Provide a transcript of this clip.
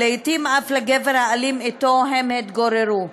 ולעתים אף לגבר האלים שאתו הן התגוררו.